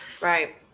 Right